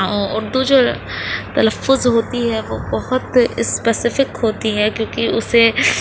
اردو جو تلفظ ہوتی ہے وہ بہت اسپیسیفک ہوتی ہیں کیوں کہ اسے